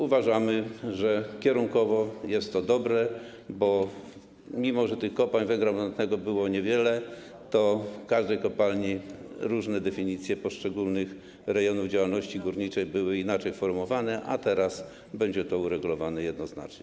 Uważamy, że kierunek jest tu dobry, bo mimo że tych kopalń węgla brunatnego było niewiele, to w każdej kopalni różne definicje poszczególnych rejonów działalności górniczej były inaczej formułowane, a teraz będzie to uregulowane jednoznacznie.